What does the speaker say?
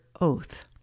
oath